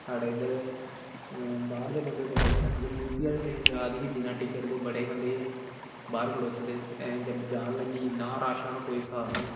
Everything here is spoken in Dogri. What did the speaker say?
साढ़े इद्धर बाहर दे बंदे बडे़ हे मगर यूपी आहली ट्रे़न जारदी ही बिना टिकट दे बडे़ बंदे हें बाहर खलोते दे हे जिसलै जान लग्गी इन्ना रश हा कोई हिसाब नेईं